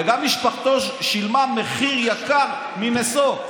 וגם משפחתו שילמה מחיר יקר מנשוא.